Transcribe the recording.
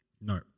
No